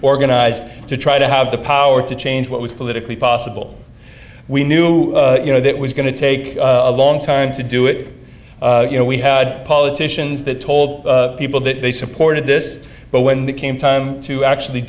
organized to try to have the power to change what was politically possible we knew you know that was going to take a long time to do it you know we had politicians that told people that they supported this but when it came time to actually